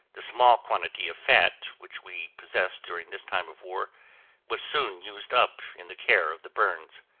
the small quantity of fat which we possessed during this time of war was soon used up in the care of the burns.